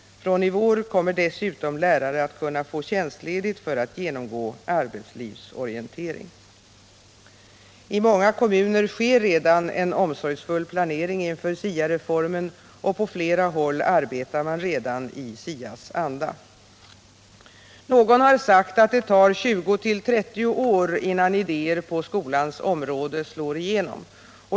Från i vår kommer dessutom lärare att kunna få tjänstledigt för att genomgå arbetslivsorientering. I många kommuner sker redan en omsorgsfull planering inför SIA reformen, och på flera håll arbetar man redan i SIA:s anda. Någon har sagt att det tar 20-30 år innan idéer på skolans område slår igenom.